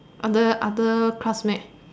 other other class